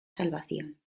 salvación